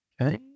okay